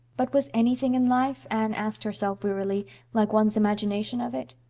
but was anything in life, anne asked herself wearily, like one's imagination of it?